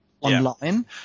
online